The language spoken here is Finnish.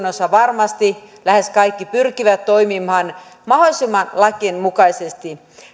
osa varmasti lähes kaikki pyrkii toimimaan mahdollisimman paljon lakien mukaisesti